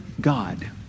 God